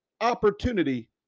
opportunity